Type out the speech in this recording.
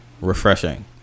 refreshing